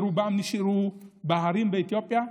ורובם נשארו בהרים באתיופיה,